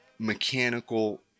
mechanical